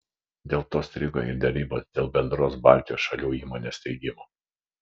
dėl to strigo ir derybos dėl bendros baltijos šalių įmonės steigimo